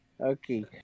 Okay